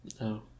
No